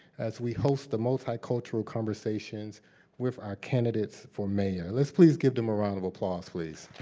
as we host the multicultural conversations with our candidates for mayor. let's please give them a round of applause, please.